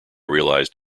realized